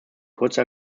kurze